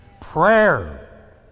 Prayer